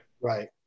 Right